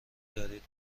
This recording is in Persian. دارید